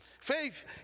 Faith